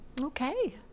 Okay